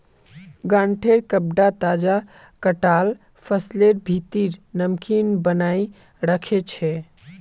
गांठेंर कपडा तजा कटाल फसलेर भित्रीर नमीक बनयें रखे छै